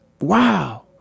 wow